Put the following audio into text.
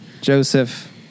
Joseph